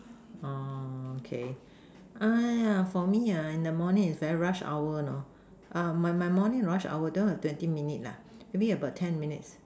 okay ah for me ah in the morning is the very rush hour la ah my morning rush hour done for thirty minutes la give me ten minutes la